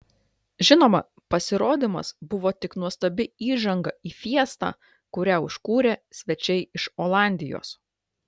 žinoma pasirodymas buvo tik nuostabi įžanga į fiestą kurią užkūrė svečiai iš olandijos